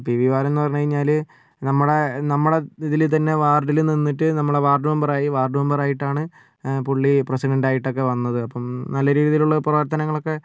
P V Balan എന്ന് പറഞ്ഞുകഴിഞ്ഞാൽ നമ്മുടെ നമ്മുടെ ഇതിൽ തന്നെ വാർഡിൽ നിന്നിട്ട് നമ്മള വാർഡ് മെമ്പർ ആയി വാർഡ് മെമ്പർ ആയിട്ടാണ് പുള്ളി പ്രസിഡൻറ്റ് ആയിട്ടൊക്കെ വന്നത് അപ്പം നല്ല രീതിയിലുള്ള പ്രവർത്തനങ്ങളൊക്കെ